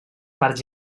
parts